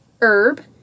herb